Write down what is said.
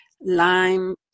lime